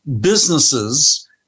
businesses